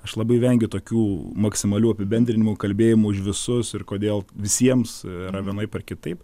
aš labai vengiu tokių maksimalių apibendrinimų kalbėjimų už visus ir kodėl visiems vienaip ar kitaip